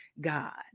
God